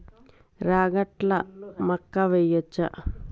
రాగట్ల మక్కా వెయ్యచ్చా?